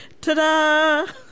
ta-da